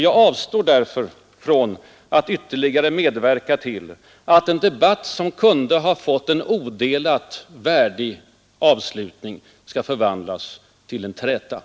Jag avstår därför för att inte medverka till att en debatt som kunde ha fått en odelat värdig avslutning skall förvandlas till en enkel träta.